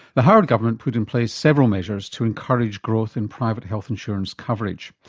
the howard government put in place several measures to encourage growth in private health insurance coverage.